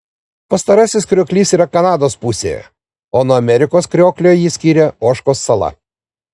pastarasis krioklys yra kanados pusėje o nuo amerikos krioklio jį skiria ožkos sala